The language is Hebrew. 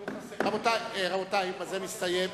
רבותי, בזה מסתיים,